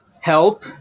help